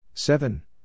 Seven